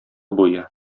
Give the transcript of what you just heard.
буе